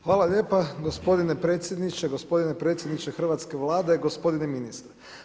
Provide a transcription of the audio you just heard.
Hvala lijepa gospodine predsjedniče, gospodine predsjedniče hrvatske Vlade, gospodine ministre.